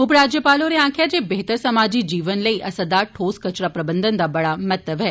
उपराज्यपाल होरें आक्खेआ जे बेहतर समाजी जीवनै लेई असरदार ठोस कंचरा प्रबंधन दा बड़ा मता महत्व ऐ